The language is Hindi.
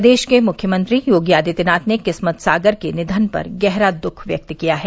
प्रदेश के मुख्यमंत्री योगी आदित्यनाथ ने किस्मत सागर के निधन पर गहरा दुख व्यक्त किया है